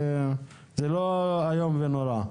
זה לא איום ונורא.